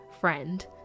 friend